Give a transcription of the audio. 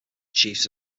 chiefs